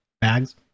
bags